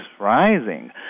rising